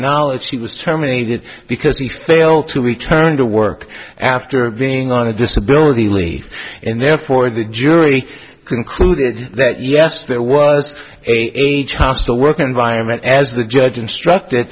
knowledged he was terminated because he failed to return to work after being on a disability leave and therefore the jury concluded that yes there was a hostile work environment as the judge instruct